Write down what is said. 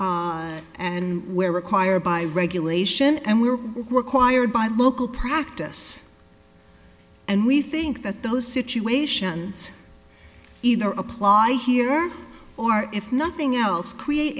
and where required by regulation and we were required by local practice and we think that those situations either apply here or if nothing else create